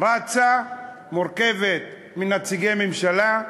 רצה, מורכבת מנציגי ממשלה,